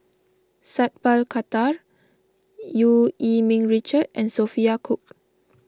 Sat Pal Khattar Eu Yee Ming Richard and Sophia Cooke